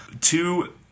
Two